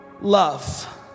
love